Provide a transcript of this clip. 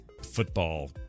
football